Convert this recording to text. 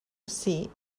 ací